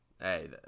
Hey